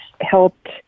helped